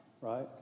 right